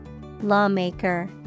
Lawmaker